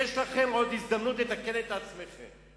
יש לכם עוד הזדמנות לתקן את עצמכם.